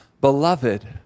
beloved